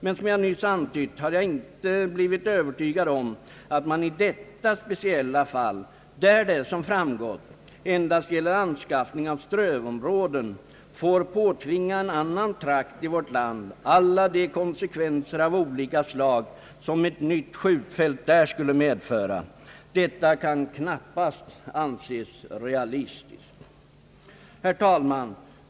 Men som jag nyss antytt har jag inte blivit övertygad om att man i detta speciella fall — där det, som framgått, endast gäller anskaffning av strövområden — får påtvinga en annan trakt i vårt land alla de konsekvenser av olika slag som ett nytt skjutfält där skulle medföra. Detta kan knappast anses vara realistiskt. Herr talman!